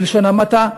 בלשון המעטה,